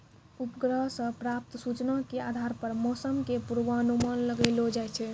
उपग्रह सॅ प्राप्त सूचना के आधार पर मौसम के पूर्वानुमान लगैलो जाय छै